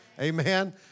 Amen